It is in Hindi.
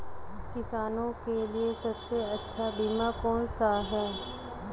किसानों के लिए सबसे अच्छा बीमा कौन सा है?